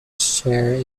share